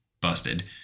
busted